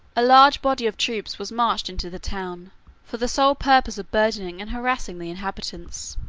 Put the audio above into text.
a large body of troops was marched into the town for the sole purpose of burdening and harassing the inhabitants.